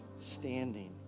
standing